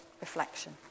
reflection